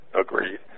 agreed